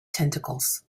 tentacles